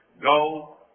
Go